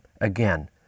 again